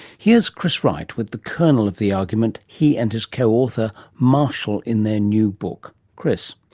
here's chris wright with the kernel of the argument he and his co-author marshal in their new book. chris.